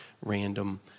random